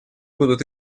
будут